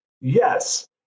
Yes